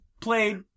played